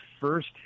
first